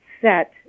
set